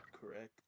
correct